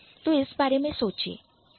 तो इस बारे में सोचिए